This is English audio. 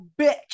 bitch